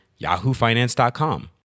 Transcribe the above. yahoofinance.com